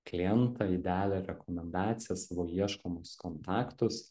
klientą idealią rekomendacijas ieškomus kontaktus